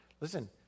Listen